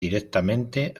directamente